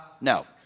No